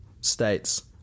states